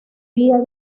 día